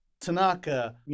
Tanaka